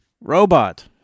Robot